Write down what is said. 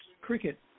cricket